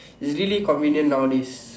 is really convenient nowadays